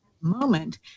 moment